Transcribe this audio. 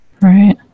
Right